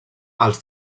els